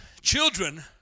Children